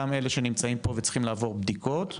גם אלה שנמצאים פה וצריכים לעבור בדיקות,